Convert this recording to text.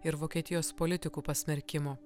ir vokietijos politikų pasmerkimo